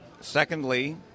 secondly